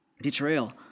Betrayal